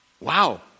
Wow